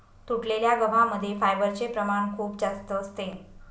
तुटलेल्या गव्हा मध्ये फायबरचे प्रमाण खूप जास्त असते